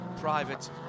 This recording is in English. private